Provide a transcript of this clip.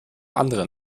anderen